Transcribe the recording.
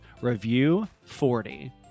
review40